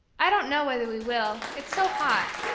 i don't know whether we will, it's so hot,